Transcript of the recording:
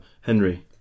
Henry